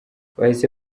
bahise